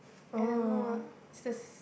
I don't know it's this